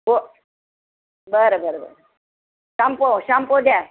हो बरं बरं बरं शांपो शांपो द्या